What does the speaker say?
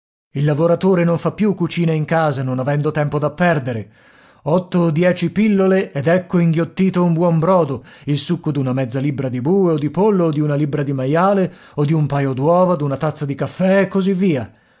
il lavoratore non fa più cucina in casa non avendo tempo da perdere otto o dieci pillole ed ecco inghiottito un buon brodo il succo d'una mezza libbra di bue o di pollo o di una libbra di maiale o di un paio d'uova d'una tazza di caffè e così via